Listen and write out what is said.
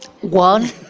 One